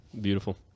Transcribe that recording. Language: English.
Beautiful